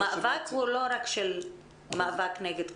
המאבק הוא לא מאבק רק נגד קורונה.